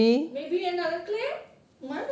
maybe another clan !huh!